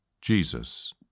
Jesus